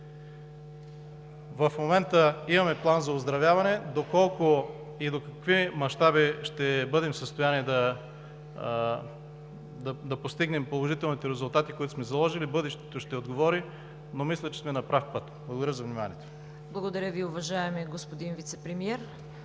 В момента имаме план за оздравяване. Доколко и до какви мащаби ще бъдем в състояние да постигнем положителните резултати, които сме заложили, бъдещето ще отговори, но мисля, че сме на прав път. Благодаря за вниманието. ПРЕДСЕДАТЕЛ ЦВЕТА КАРАЯНЧЕВА: Благодаря Ви, уважаеми господин Вицепремиер.